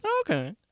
Okay